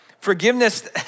Forgiveness